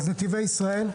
נתיבי ישראל,